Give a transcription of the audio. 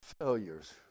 failures